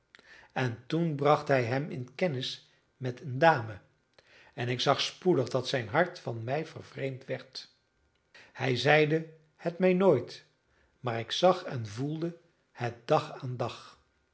en toen bracht hij hem in kennis met een dame en ik zag spoedig dat zijn hart van mij vervreemd werd hij zeide het mij nooit maar ik zag en voelde het dag aan dag